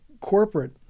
corporate